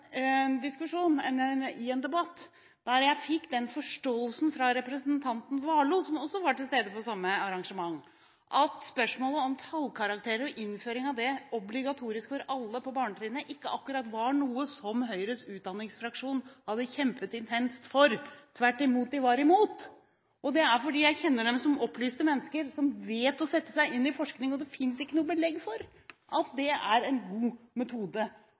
diskusjonen om tallkarakterer på barnetrinnet: Jeg var i en debatt der jeg av representanten Warloe, som var til stede på samme arrangement, fikk den forståelse at spørsmålet om innføring av tallkarakterer som obligatorisk for alle på barnetrinnet ikke akkurat var noe som Høyres utdanningsfraksjon hadde kjempet intenst for – tvert imot, de var imot. Fordi jeg kjenner dem som opplyste mennesker, som vet å sette seg inn i forskning: Det finnes ikke noe belegg for at det er en god metode